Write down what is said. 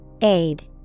Aid